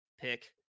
pick